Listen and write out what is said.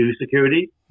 security